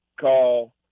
call